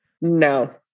No